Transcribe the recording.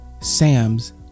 Sam's